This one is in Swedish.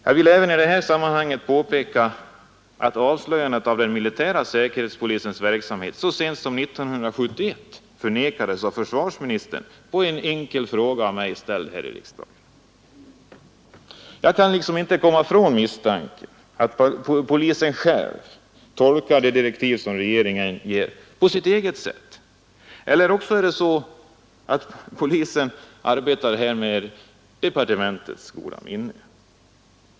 Jag vill i detta sammanhang även påpeka att den militära säkerhetspolisens verksamhet på detta område så sent som 1971 förnekades av försvarsministern i ett svar på en enkel fråga ställd av mig här i riksdagen. Jag kan inte komma ifrån misstanken att polisen tolkar regeringens direktiv på sitt eget sätt. Eller också arbetar polisen med departementets goda minne.